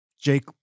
Jake